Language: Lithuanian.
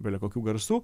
bele kokių garsų